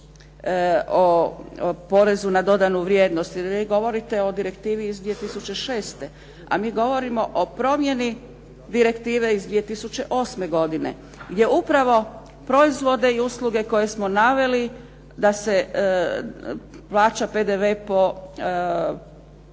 o porezu na dodanu vrijednost, jer vi govorite o direktivni iz 2006., a mi govorimo o promjeni direktive iz 2008. godine gdje upravo proizvode i usluge koje smo naveli da se plaća PDV po